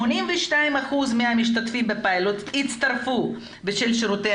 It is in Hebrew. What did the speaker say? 82 אחוזים מהמשתתפים בפיילוט הצטרפו בשל שירותי